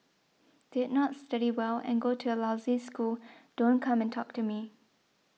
did not study well and go to a lousy school don't come and talk to me